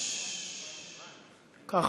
אתה תמתין.